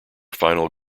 final